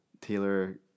Taylor